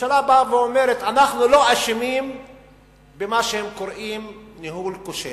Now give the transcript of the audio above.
הממשלה באה ואומרת: אנחנו לא אשמים במה שהם קוראים ניהול כושל.